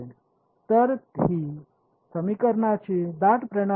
तर ही समीकरणांची दाट प्रणाली होती